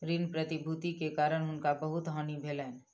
ऋण प्रतिभूति के कारण हुनका बहुत हानि भेलैन